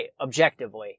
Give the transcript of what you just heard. objectively